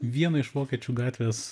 vieno iš vokiečių gatvės